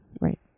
right